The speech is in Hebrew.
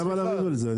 למה לערער על זה?